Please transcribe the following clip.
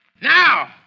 Now